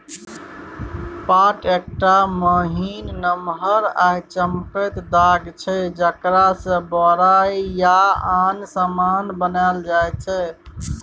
पाट एकटा महीन, नमहर आ चमकैत ताग छै जकरासँ बोरा या आन समान बनाएल जाइ छै